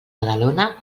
badalona